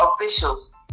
officials